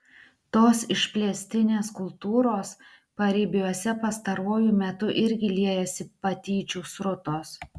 tos išplėstinės kultūros paribiuose pastaruoju metu irgi liejasi patyčių srutos